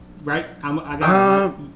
Right